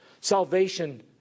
Salvation